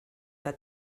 that